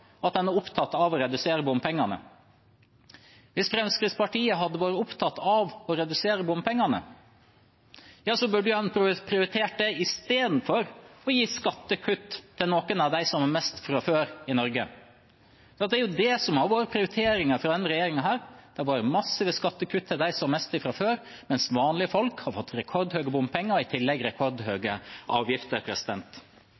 å redusere bompengene, burde de ha prioritert det i stedet for å gi skattekutt til noen av dem som har mest fra før i Norge. Det er det som har vært prioriteringen fra denne regjeringen, det har vært massive skattekutt til dem som har mest fra før, mens vanlige folk har fått rekordhøye bompenger og i tillegg